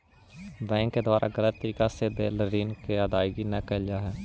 bank के द्वारा गलत तरीका से देल ऋण के अदायगी न कैल जा हइ